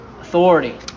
Authority